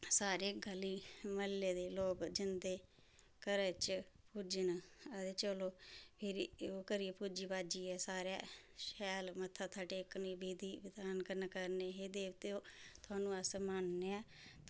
सारे ग'ली म्हल्ले दे लोक जंदे घरै च पूजने आखदे चलो फिरी ओह् करियै पूजी पाजियै सारै शैल मत्था उत्था टेकने विधि विधान कन्नै करने हे देवतेओ थुआनू अस मन्नने